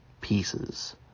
pieces